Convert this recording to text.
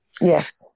yes